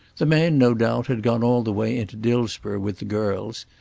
the man, no doubt, had gone all the way into dillsborough with the girls,